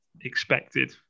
expected